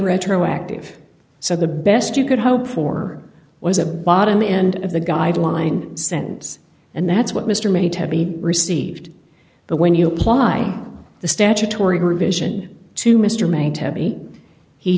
retroactive so the best you could hope for was a bottom end of the guideline sentence and that's what mr may tevye received the when you apply the statutory provision to mr may tabby he